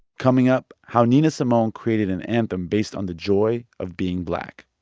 coming up how nina simone created an anthem based on the joy of being black